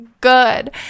good